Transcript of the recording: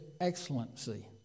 excellency